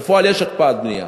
בפועל יש הקפאת בנייה,